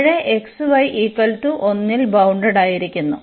താഴെ xy1ൽ ബൌണ്ടഡായിരിക്കുന്നു